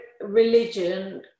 religion